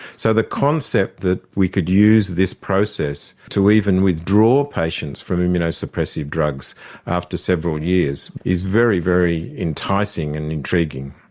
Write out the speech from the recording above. so the concept that we could use this process to even withdraw patients from immunosuppressive drugs after several years is very, very enticing and intriguing.